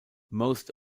most